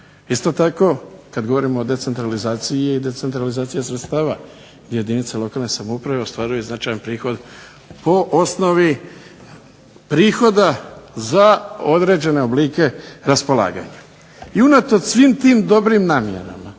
Isto tako kada govorimo i o decentralizaciji je i decentralizaciji sredstava gdje jedinica lokalne samouprave ostvaruje značajan prihod po osnovi prihoda za određene oblike raspolaganja. I unatoč svim tim dobrim namjenama,